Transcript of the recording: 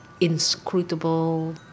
inscrutable